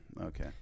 Okay